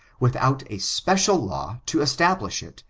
without a special law to establish it,